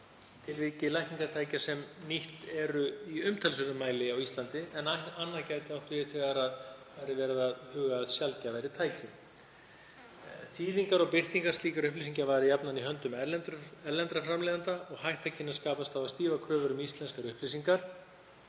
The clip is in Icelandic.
tilviki lækningatækja sem nýtt eru í umtalsverðum mæli á Íslandi, en annað gæti átt við þegar hugað væri að sjaldgæfari tækjum. Þýðingar og birtingar slíkra upplýsinga væru jafnan í höndum erlendra framleiðenda og hætta kynni að skapast á að stífar kröfur um íslenskar upplýsingar